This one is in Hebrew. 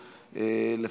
האי-ודאות,